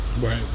Right